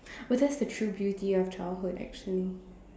but that's the true beauty of childhood actually